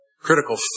critical